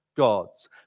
Gods